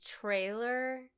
trailer